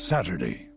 Saturday